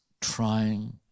trying